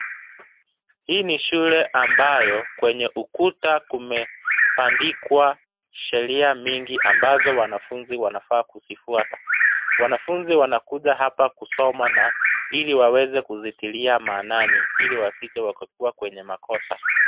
Hii ni shule ambayo kwenye ukuta kumeandikwa sheria mingi ambazo wanafunzi wanafaa kuzifuata, wanafunzi wanakuja hapa kusoma na ili waweze kuzilitia maanani ili wasije wakakuwa kwenye makosa.